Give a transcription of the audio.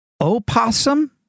opossum